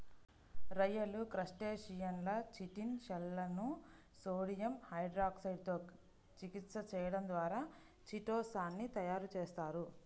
రొయ్యలు, క్రస్టేసియన్ల చిటిన్ షెల్లను సోడియం హైడ్రాక్సైడ్ తో చికిత్స చేయడం ద్వారా చిటో సాన్ ని తయారు చేస్తారు